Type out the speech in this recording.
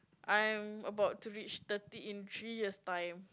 I am about to reach thirty in three years time